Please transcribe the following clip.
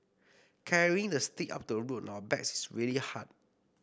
carrying the sick up to the road on our backs is really hard